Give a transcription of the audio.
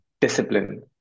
discipline